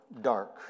dark